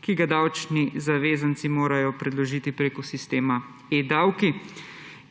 ki ga davčni zavezanci morajo predložiti preko sistema eDavki,